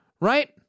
Right